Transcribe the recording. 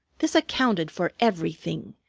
this accounted for everything,